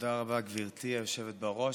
תודה רבה, גברתי היושבת בראש.